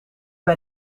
bij